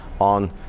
on